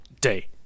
day